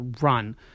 run